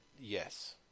Yes